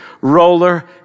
roller